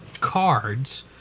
Cards